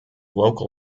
local